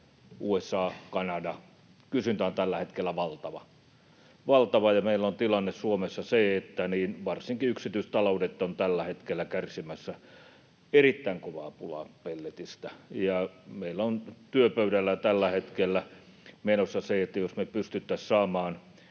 USA:sta, Kanadasta. Kysyntä on tällä hetkellä valtava. Meillä on tilanne Suomessa se, että varsinkin yksityistaloudet ovat tällä hetkellä kärsimässä erittäin kovaa pulaa pelletistä. Meillä on työpöydällä tällä hetkellä menossa se, että jos me pystyttäisiin saamaan